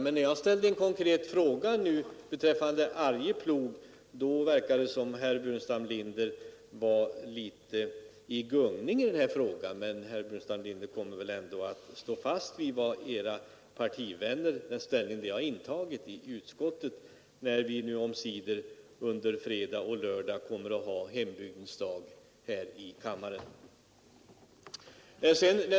Men när jag nu ställde en konkret fråga beträffande Arjeplog verkade det som om han var litet i gungning. Herr Burenstam Linder kommer väl ändå att stå fast vid den ställning som hans partivänner har intagit i utskottet när vi omsider på fredag och lördag skall ha ”Hembygdens dag” här i kammaren.